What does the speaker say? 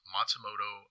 Matsumoto